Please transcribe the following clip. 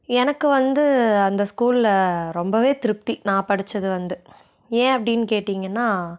எனக்கு வந்து அந்த ஸ்கூலில் ரொம்ப திருப்தி நான் படித்தது வந்து ஏன் அப்படின்னு கேட்டிங்கன்னா